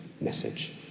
message